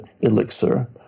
Elixir